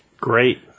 great